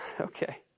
Okay